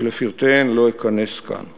שלפרטיהן לא אכנס כאן.